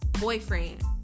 boyfriend